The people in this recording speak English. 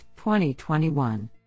2021